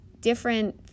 different